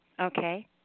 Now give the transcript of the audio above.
Okay